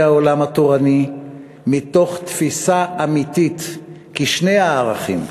העולם התורני מתוך תפיסה אמיתית כי שני הערכים,